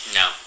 no